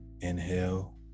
inhale